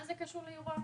מה זה קשור לאירוע עצמו?